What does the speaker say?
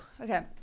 Okay